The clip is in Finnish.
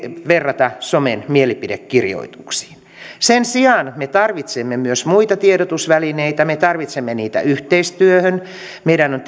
verrata somen mielipidekirjoituksiin sen sijaan me tarvitsemme myös muita tiedotusvälineitä me tarvitsemme niitä yhteistyöhön meidän on